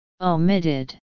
Omitted